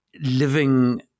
living